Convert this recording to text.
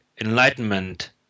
enlightenment